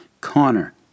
Connor